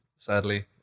Sadly